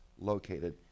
located